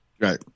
Right